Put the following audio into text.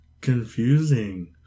Confusing